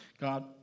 God